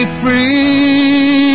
free